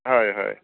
হয় হয়